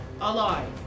alive